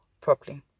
properly